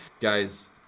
Guys